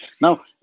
Now